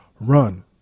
Run